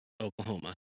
Oklahoma